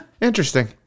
Interesting